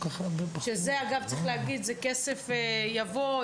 שזה אגב צריך להגיד שזה כסף שיבוא,